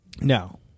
No